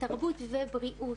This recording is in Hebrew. תרבות ובריאות.